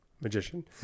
magician